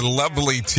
lovely